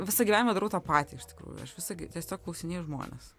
visą gyvenimą darau tą patį iš tikrųjų aš visą tiesiog klausinėju žmones